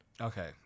Okay